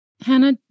Hannah